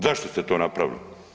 Zašto ste to napravili?